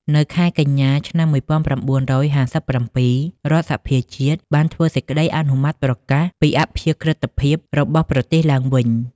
នៅខែកញ្ញា ឆ្នាំ ១៩៥៧ រដ្ឋសភាជាតិបានធ្វើសេចក្តីអនុម័តប្រកាសពីអព្យាក្រិតភាពរបស់ប្រទេសឡើងវិញ។